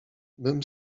bym